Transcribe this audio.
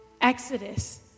Exodus